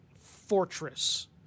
fortress